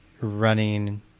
running